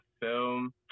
film